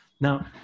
Now